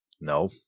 No